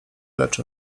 lecz